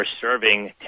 serving